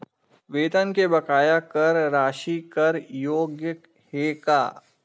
वेतन के बकाया कर राशि कर योग्य हे का?